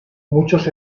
muchos